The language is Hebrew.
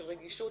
של רגישות,